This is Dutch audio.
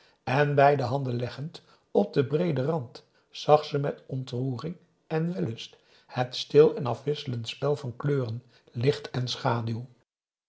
en beide handen leggend op den breeden rand zag ze met ontroering en wellust het stil en afwisselend spel van kleuren licht en schaduw